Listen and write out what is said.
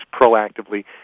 proactively